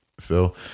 Phil